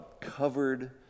covered